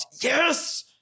Yes